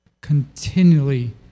continually